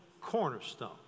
cornerstone